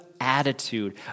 attitude